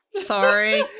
Sorry